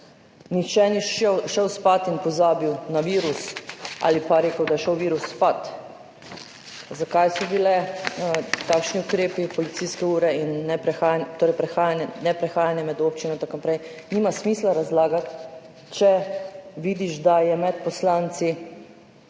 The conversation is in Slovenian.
Nihče ni šel spat in pozabil na virus ali pa rekel, da je šel virus spat. Zakaj so bili takšni ukrepi, policijske ure in neprehajanja med občinami in tako naprej, nima smisla razlagati, če vidiš, da je med poslanci